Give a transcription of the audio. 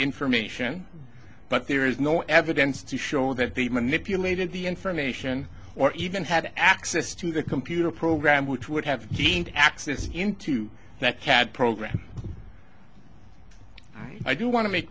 information but there is no evidence to show that the manipulated the information or even had access to the computer program which would have gained access into that cad program i do want to make